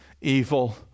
evil